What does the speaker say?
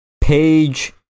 page